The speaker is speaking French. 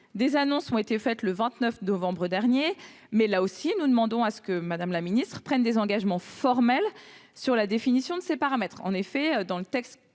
Des annonces ont été faites le 29 novembre dernier, mais, là aussi, nous demandons que Mme la ministre prenne des engagements formels sur la définition de ces paramètres. En effet, dans le PLF